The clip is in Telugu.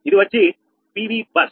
ఇది వచ్చి పీవీ బస్